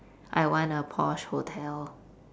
I want a posh hotel